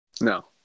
No